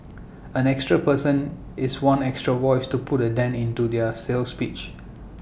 an extra person is one extra voice to put A dent into their sales pitch